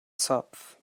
zopf